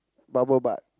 Bubble Butt